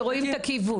שרואים את הכיוון.